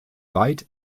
weit